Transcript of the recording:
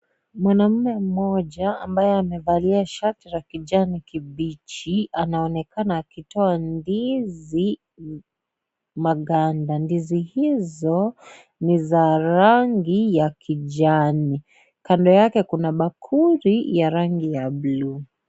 Mwanaume mmoja, ambaye amevalia shati la kijani kibichi, anaonekana akitoa ndizi magwanda. Ndizi hizo, ni za rangi ya kijani. Kando yake, kuna bakuli ya rangi ya buluu.